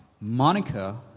Monica